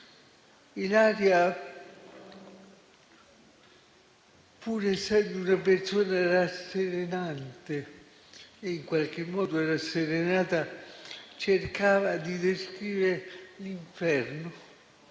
Ilaria, pur essendo una persona rasserenante e in qualche modo rasserenata, cercava di descrivere l'inferno,